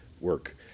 work